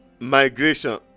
migration